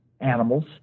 animals